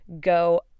Go